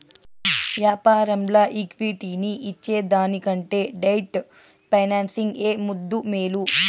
యాపారంల ఈక్విటీని ఇచ్చేదానికంటే డెట్ ఫైనాన్సింగ్ ఏ ముద్దూ, మేలు